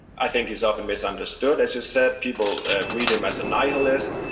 i think he's often misunderstood, as you said. people read him as a nihilist.